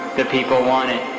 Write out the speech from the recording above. the people want it.